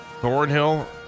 Thornhill